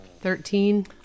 Thirteen